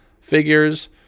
figures